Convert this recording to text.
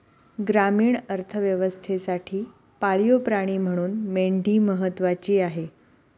ग्रामीण अर्थव्यवस्थेसाठी पाळीव प्राणी म्हणून मेंढी महत्त्वाची आहे